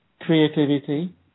creativity